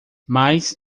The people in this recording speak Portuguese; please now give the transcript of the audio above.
mas